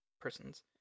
persons